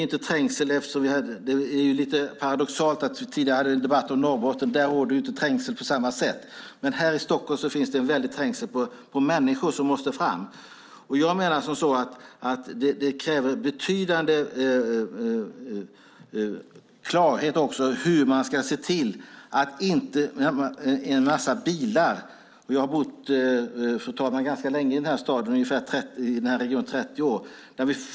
Det är lite paradoxalt. Vi hade tidigare en debatt om Norrbotten, och där råder inte trängsel på samma sätt. Men här i Stockholm finns en väldig trängsel på människor. Det kräver betydande klarhet i hur man ska se till att det inte samlas en massa bilar. Fru talman! Jag har bott ganska länge i den här regionen. Jag har bott här i ungefär 30 år.